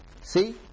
See